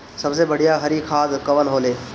सबसे बढ़िया हरी खाद कवन होले?